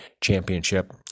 championship